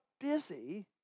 busy